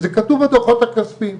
וזה כתוב בדוחות הכספיים.